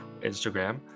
Instagram